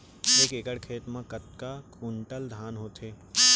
एक एकड़ खेत मा कतका क्विंटल धान होथे?